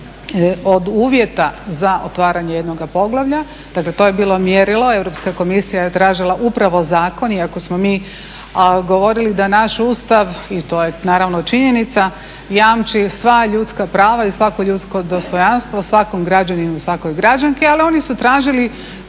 od uvjeta za otvaranje jednoga poglavlja. Dakle, to je bilo mjerilo, Europska komisija je tražila upravo zakon, iako smo mi govorili da naš Ustav i to je naravno činjenica jamči sva ljudska prava i svako ljudsko dostojanstvo svakom građaninu i svakoj građanki. Ali oni su tražili